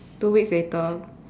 two weeks later